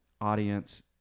audience